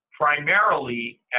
primarily